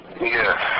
Yes